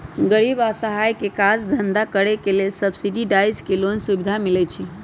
गरीब असहाय के काज धन्धा करेके लेल सब्सिडाइज लोन के सुभिधा मिलइ छइ